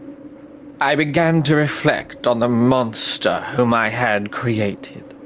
i began to reflect on the monster whom i had created,